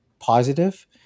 positive